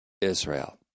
Israel